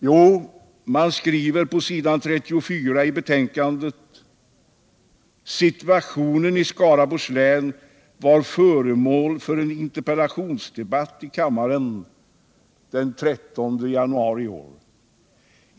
Jo, man skriver på s. 34 i betänkandet: ”Situationen i Skaraborgs län var föremål för en interpellationsdebatt i kammaren den 13 januari i år.